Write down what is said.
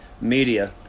Media